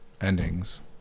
endings